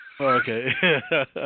Okay